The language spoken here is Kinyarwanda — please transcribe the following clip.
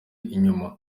inyuma